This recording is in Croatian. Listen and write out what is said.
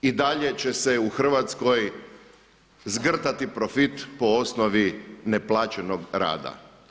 I dalje će se u Hrvatskoj zgrtati profit po osnovi neplaćenog rada.